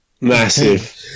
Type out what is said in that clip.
massive